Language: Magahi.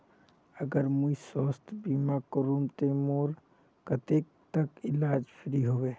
अगर मुई स्वास्थ्य बीमा करूम ते मोर कतेक तक इलाज फ्री होबे?